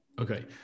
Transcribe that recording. Okay